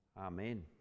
Amen